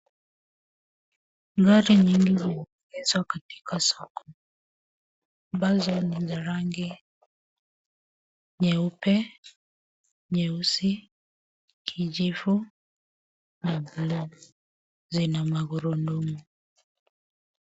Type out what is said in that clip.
Gari nyingi zimeegeshwa katika soko ambazo ni za rangi nyeupe, nyeusi, kijivu, na bluu. Zina magurudumu.